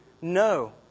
No